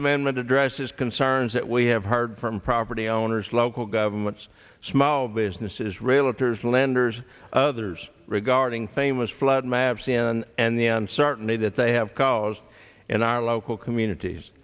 amendment addresses concerns that we have heard from property owners local governments small businesses realtors lenders others regarding famous flood maps and the uncertainty that they have caused in our local communities